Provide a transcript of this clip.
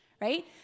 right